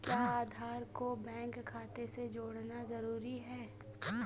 क्या आधार को बैंक खाते से जोड़ना जरूरी है?